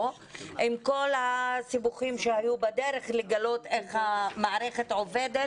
עם כל הסיבוכים שהיו בדרך כדי לגלות איך המערכת עובדת.